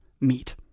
meet